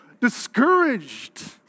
discouraged